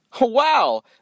Wow